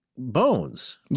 Bones